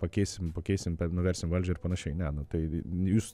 pakeisim pakeisim nuversim valdžią ir panašiai ne nu tai jūs